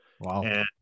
Wow